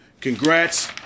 Congrats